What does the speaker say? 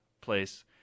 place